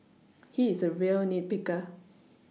he is a real nit picker